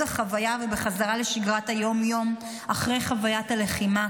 החוויה ובחזרה לשגרת היום-יום אחרי חוויית הלחימה,